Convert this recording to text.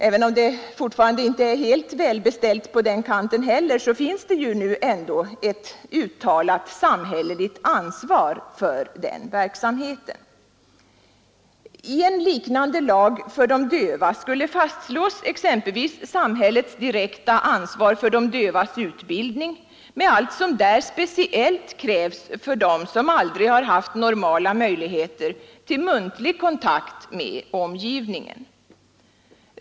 Även om det fortfarande inte är helt välbeställt på den kanten heller, finns det nu ändå ett uttalat samhälleligt ansvar för verksamheten. I en liknande lag för de döva skulle fastslås exempelvis samhällets direkta ansvar för de dövas utbildning, med allt som där speciellt krävs för dem som aldrig haft normala möjligheter till muntlig kontakt med omgivningen.